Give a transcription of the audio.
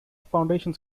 foundations